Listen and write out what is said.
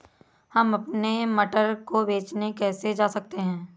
हम अपने मटर को बेचने कैसे जा सकते हैं?